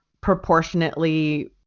proportionately